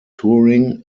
touring